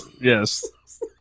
Yes